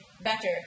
better